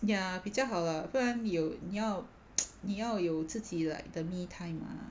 ya 比较好啦不然有你要 你要有自己 like 的 me time mah